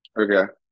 Okay